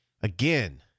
Again